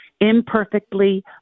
Imperfectly